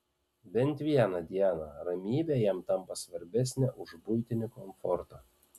bet vieną dieną ramybė jam tampa svarbesnė už buitinį komfortą